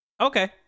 okay